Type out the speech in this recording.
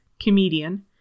comedian